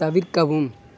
தவிர்க்கவும்